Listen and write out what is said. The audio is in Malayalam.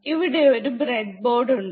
ഇവിടെ ഒരു ബ്രെഡ് ബോർഡ് ഉണ്ട്